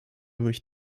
mich